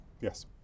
Yes